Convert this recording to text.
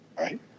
right